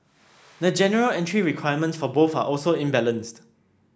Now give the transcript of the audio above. the general entry requirements for both are also imbalanced